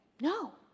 No